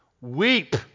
Weep